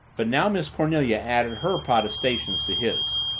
but now miss cornelia added her protestations to his.